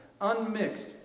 unmixed